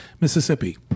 Mississippi